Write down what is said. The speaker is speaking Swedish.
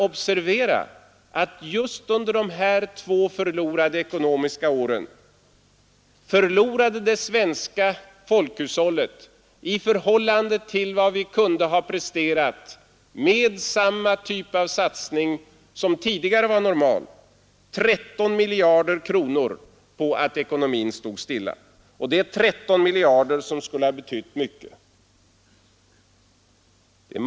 Observera att just under de här två åren förlorade det svenska folkhushållet, i förhållande till vad vi kunde ha presterat med samma typ av satsning som tidigare var normal, 13 miljarder kronor på att ekonomin stod stilla, och de 13 miljarderna skulle ha betytt mycket.